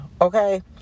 okay